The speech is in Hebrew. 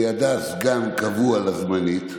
לידה סגן קבוע לזמנית,